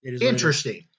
Interesting